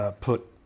put